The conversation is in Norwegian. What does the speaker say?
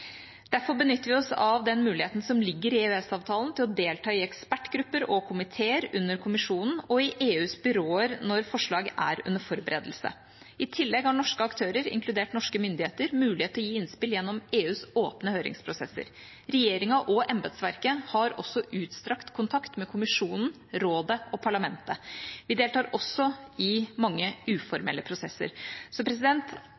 Derfor benytter vi oss av den muligheten som ligger i EØS-avtalen til å delta i ekspertgrupper og komiteer under Kommisjonen og i EUs byråer når forslag er under forberedelse. I tillegg har norske aktører, inkludert norske myndigheter, mulighet til å gi innspill gjennom EUs åpne høringsprosesser. Regjeringa og embetsverket har også utstrakt kontakt med Kommisjonen, Rådet og Parlamentet. Vi deltar også i mange